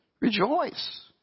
Rejoice